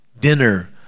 dinner